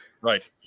Right